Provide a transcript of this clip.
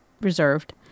reserved